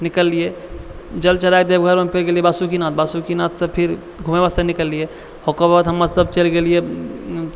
निकललिये जल चढ़ाके देवघरमे फेर गेलिये वासुकीनाथ वासुकीनाथसँ फेर घुमै वास्ते निकललिये ओकरबाद हमरासभ चलि गेलिये